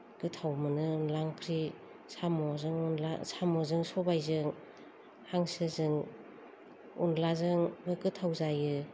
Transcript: गोथाव मोनो अनद्ला ओंख्रि साम'जों अनद्ला साम'जों सबायजों हांसोजों अनद्लाजोंबो गोथाव जायो